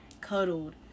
cuddled